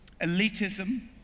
elitism